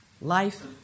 life